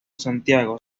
santiago